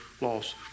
loss